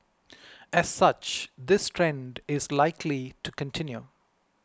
as such this trend is likely to continue